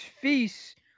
feast